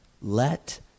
let